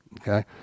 Okay